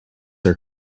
are